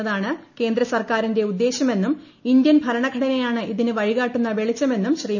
എന്നതാണ് കേന്ദ്ര സർക്കാരിന്റെ ഉദ്ദേശ്യമെന്നും ് ഇന്ത്യൻ ഭരണഘടനയാണ് ഇതിന് വഴികാട്ടുന്ന വെളിച്ചമെന്നും ശ്രീ